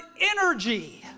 energy